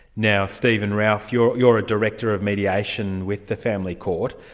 now steven ralph, you're you're a director of mediation with the family court.